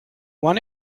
want